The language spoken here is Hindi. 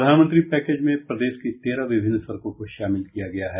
प्रधानमंत्री पैकेज में प्रदेश की तेरह विभिन्न सड़कों को शामिल किया गया है